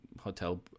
hotel